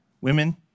women